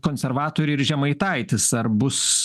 konservatoriai ir žemaitaitis ar bus